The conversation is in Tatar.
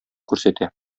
күрсәтә